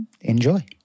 enjoy